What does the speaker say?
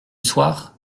soir